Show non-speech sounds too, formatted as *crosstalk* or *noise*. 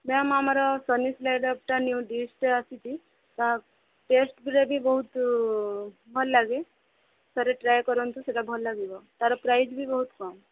ma'am ଆମର *unintelligible* ଟା new ଡିସ୍ଟା ଆସିଛି ତା ଟେଷ୍ଟ୍ *unintelligible* ବହୁତ ଭଲ ଲାଗେ ଥରେ ଟ୍ରାଏ କରନ୍ତୁ ସେଇଟା ଭଲ ଲାଗିବ ତାର ପ୍ରାଇସ୍ ବି ବହୁତ କମ୍